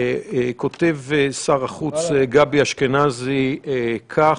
כותב שר החוץ גבי אשכנזי כך: